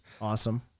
Awesome